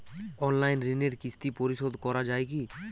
Online ঋণের কিস্তি পরিশোধ করা যায় কি?